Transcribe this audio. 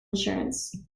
insurance